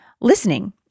listening